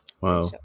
Wow